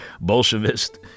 Bolshevist